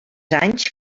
anys